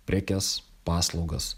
prekes paslaugas